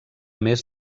més